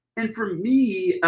and for me,